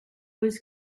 was